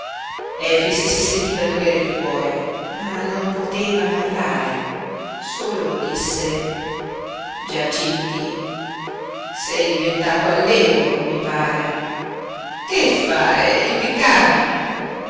dame efix si sentiva dolere il cuore ma non poteva parlare solo disse giacintí sei diventato allegro mi pare che fare impiccarmi